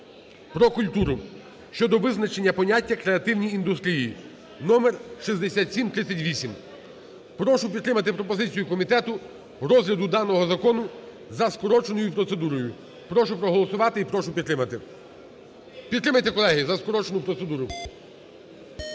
"Про культуру" (щодо визначення поняття "креативні індустрії") (№ 6738). Прошу підтримати пропозицію комітету розгляду даного закону за скороченою процедурою. Прошу проголосувати і прошу підтримати. Підтримайте, колеги, за скорочену процедуру.